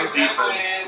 defense